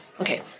Okay